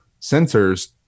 sensors